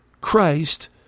Christ